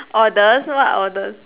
orders what orders